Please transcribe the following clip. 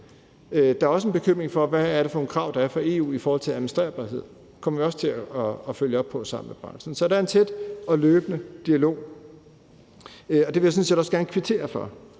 Der er også en bekymring for, hvad det er for nogle krav, der er fra EU, i forhold til administrerbarhed. Det kommer vi også til at følge op på sammen med branchen. Så der er en tæt og løbende dialog. Det vil jeg sådan set også gerne kvittere for.